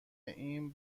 این